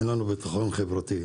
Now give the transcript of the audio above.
אין לנו ביטחון חברתי,